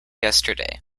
yesterday